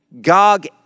Gog